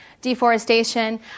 deforestation